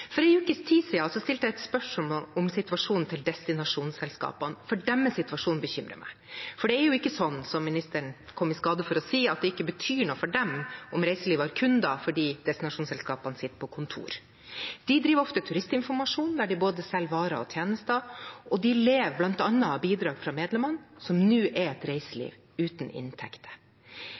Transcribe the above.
For en ukes tid siden stilte jeg et spørsmål om situasjonen til destinasjonsselskapene, for deres situasjon bekymrer meg. Det er ikke sånn som ministeren kom i skade for å si, at det ikke betyr noe for dem om reiselivet har kunder fordi destinasjonsselskapene sitter på kontor. De driver ofte turistinformasjon, der de både selger varer og tjenester, og de lever bl.a. av bidrag fra medlemmene, som nå er et reiseliv uten